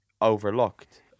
overlooked